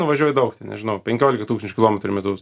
nu važiuoju daug ten nežinau penkiolika tūkstančių kilometrų į metus